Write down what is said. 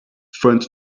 font